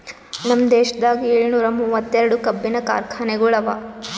ನಮ್ ದೇಶದಾಗ್ ಏಳನೂರ ಮೂವತ್ತೆರಡು ಕಬ್ಬಿನ ಕಾರ್ಖಾನೆಗೊಳ್ ಅವಾ